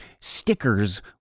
stickers